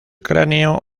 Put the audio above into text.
cráneo